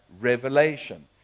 revelation